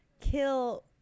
Kill